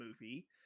movie